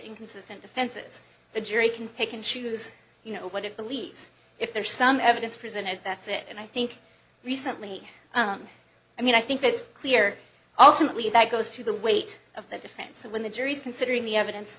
inconsistent defenses the jury can pick and choose you know what it believes if there's some evidence presented that's it and i think recently i mean i think that it's clear ultimately that goes to the weight of the defense when the jury is considering the evidence